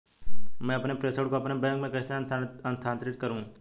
मैं अपने प्रेषण को अपने बैंक में कैसे स्थानांतरित करूँ?